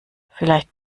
vielleicht